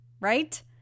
right